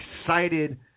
excited